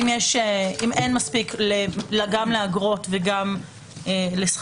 אם אין מספיק גם לאגרות וגם למקדמה,